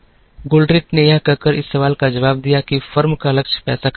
Goldratt ने यह कहकर इस सवाल का जवाब दिया कि फर्म का लक्ष्य पैसा कमाना है